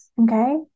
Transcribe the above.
okay